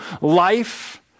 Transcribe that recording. life